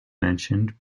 mentioned